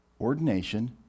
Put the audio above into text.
ordination